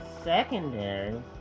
secondary